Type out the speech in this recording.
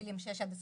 6 עד 21,